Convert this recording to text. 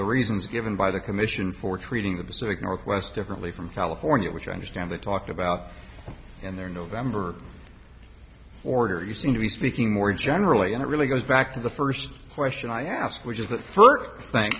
the reasons given by the commission for treating the pacific northwest differently from california which i understand they talked about in their november order you seem to be speaking more generally and it really goes back to the first question i ask which is the first thing